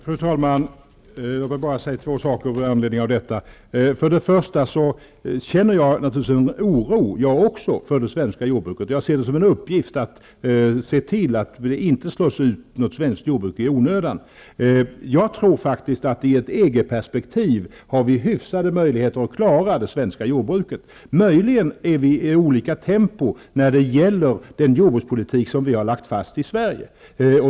Fru talman! Låt mig bara säga två saker med anledning av det som har sagts. För det första känner naturligtvis även jag en oro för det svenska jordbruket och ser det som en uppgift att se till att inget svenskt jordbruk slås ut i onö dan. I ett EG-perspektiv tror jag faktiskt att vi har ''hyfsade'' möjligheter att klara det svenska jordbruket. Möjligen kan man säga att vi har olika tempon med tanke på den jordbruks politik som vi har lagt fast i Sverige.